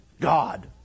God